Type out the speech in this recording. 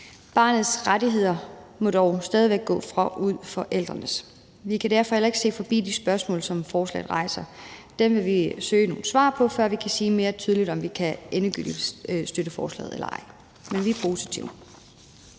Barnets rettigheder må dog stadig væk gå forud for forældrenes. Vi kan derfor heller ikke se forbi de spørgsmål, som forslaget rejser. Dem vil vi søge nogle svar på, før vi kan sige mere tydeligt, om vi endegyldigt kan støtte forslaget eller ej – men vi er positive.